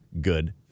good